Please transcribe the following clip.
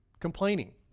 complaining